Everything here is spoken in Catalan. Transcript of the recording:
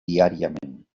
diàriament